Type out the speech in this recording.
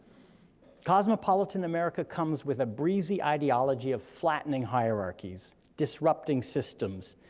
cosmopolitan america comes with a breezy ideology of flattening hierarchies, disrupting systems,